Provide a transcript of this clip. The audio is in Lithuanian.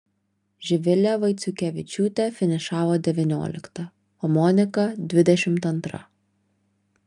živilė vaiciukevičiūtė finišavo devyniolikta o monika dvidešimt antra